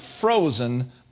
frozen